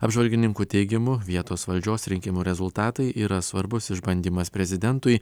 apžvalgininkų teigimu vietos valdžios rinkimų rezultatai yra svarbus išbandymas prezidentui